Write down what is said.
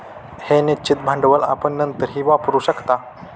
हे निश्चित भांडवल आपण नंतरही वापरू शकता